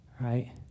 Right